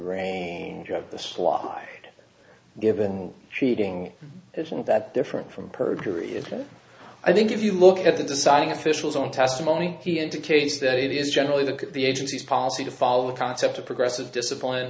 range of the supply given cheating isn't that different from perjury into i think if you look at the deciding officials on testimony he indicates that it is generally look at the agency's policy to follow the concept of progressive discipline